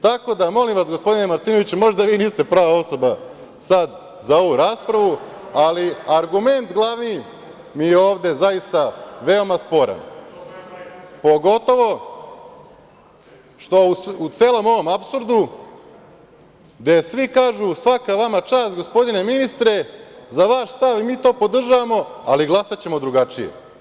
Tako da, molim vas, gospodine Martinoviću, možda vi niste prava osoba sad za ovu raspravu, ali argument glavni mi je ovde zaista veoma sporan, pogotovo što u celom ovom apsurdu, gde svi kažu – svaka vama čast, gospodine ministre, za vaš stav i mi to podržavamo, ali glasaćemo drugačije…